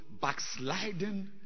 backsliding